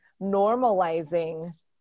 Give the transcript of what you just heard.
normalizing